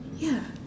ya